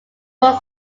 most